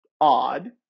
odd